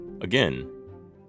again